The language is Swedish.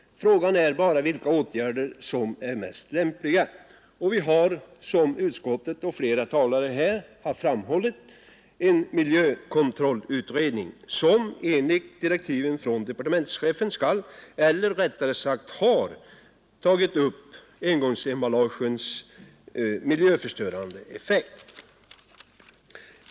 Frågan är bara vilka åtgärder som är mest lämpliga. Vi har, som utskottet skrivit och flera talare här framhållit, en miljökontrollutredning som enligt direktiven från departementschefen skall ta upp — eller rättare sagt har tagit upp — engångsemballagens miljöförstörande effekt.